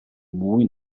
mwy